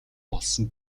болсон